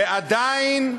ועדיין,